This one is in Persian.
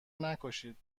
نکشید